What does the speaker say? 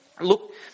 Look